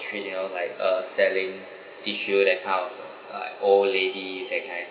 street you know like uh selling tissue that kind of uh like old lady that kind